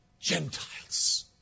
Gentiles